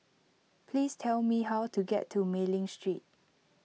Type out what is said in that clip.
please tell me how to get to Mei Ling Street